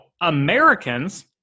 Americans